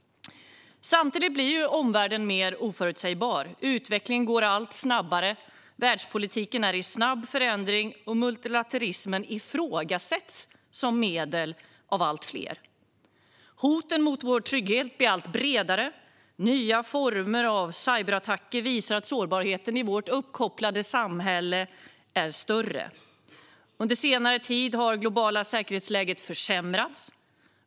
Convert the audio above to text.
Samtidigt blir omvärlden mer oförutsägbar. Utvecklingen går allt snabbare. Världspolitiken är i snabb förändring, och allt fler ifrågasätter multilaterismen som medel. Hoten mot vår trygghet blir allt bredare, och nya former av cyberattacker visar att sårbarheten i vårt uppkopplade samhälle blir allt större. Under senare tid har det globala säkerhetsläget försämrats.